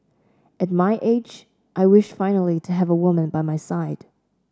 at my age I wish finally to have a woman by my side